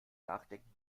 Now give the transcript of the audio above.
nachdenken